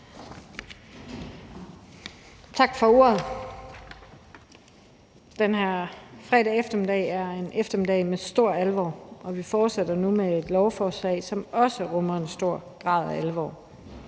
Tak for ordet. Den her fredag eftermiddag er en eftermiddag med stor alvor, og vi fortsætter nu med et lovforslag, som også rummer en stor grad af alvor.